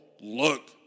look